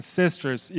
sisters